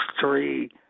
three